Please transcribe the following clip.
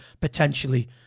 potentially